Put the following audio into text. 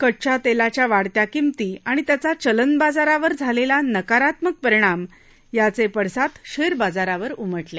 कच्च्या तेलाच्या वाढत्या किमती आणि त्याचा चलनबाजारावर झालेला नकारात्मक परिणाम याचे पडसाद शेअर बाजारावर उमटले